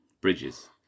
bridges